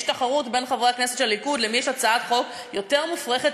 יש תחרות בין חברי הכנסת של הליכוד למי יש הצעת חוק יותר מופרכת,